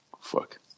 Fuck